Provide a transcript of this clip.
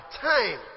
time